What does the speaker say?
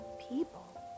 people